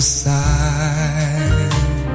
side